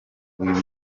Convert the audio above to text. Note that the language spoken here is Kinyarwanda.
uyu